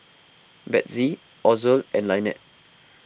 Bethzy Ozell and Lynette